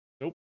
Nope